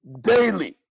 Daily